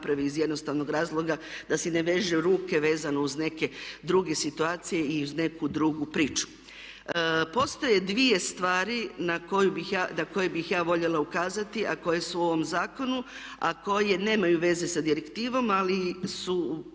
napravi iz jednostavnog razloga da si ne veže ruke vezano uz neke druge situacije i uz neku drugu priču. Postoje dvije stvari na koje bih ja voljela ukazati a koje su u ovom zakonu a koje nemaju veze sa direktivom ali su